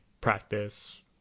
practice